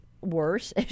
worse